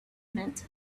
meant